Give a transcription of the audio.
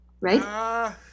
right